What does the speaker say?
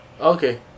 Okay